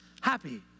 happy